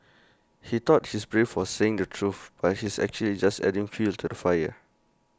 he thought he's brave for saying the truth but he's actually just adding fuel to the fire